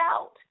out